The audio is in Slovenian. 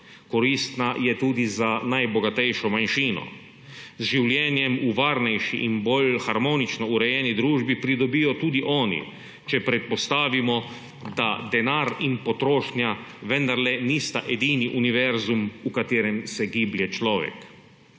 Koristna je tudi za najbogatejšo manjšino. Z življenjem v varnejši in bolj harmonično urejeni družbi pridobijo tudi oni, če predpostavimo, da denar in potrošnja vendarle nista edini univerzum, v katerem se giblje človek.